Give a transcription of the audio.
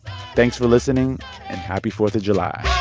thanks for listening, and happy fourth of july